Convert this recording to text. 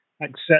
accept